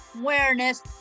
Awareness